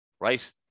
right